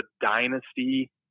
dynasty